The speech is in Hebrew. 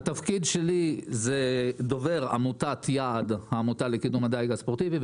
התפקיד שלי הוא דובר עמותת יעד העמותה לקידום הדיג הספורטיבי,